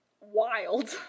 Wild